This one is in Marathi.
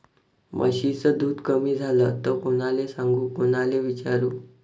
म्हशीचं दूध कमी झालं त कोनाले सांगू कोनाले विचारू?